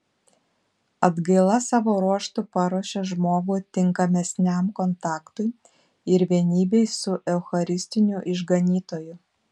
atgaila savo ruožtu paruošia žmogų tinkamesniam kontaktui ir vienybei su eucharistiniu išganytoju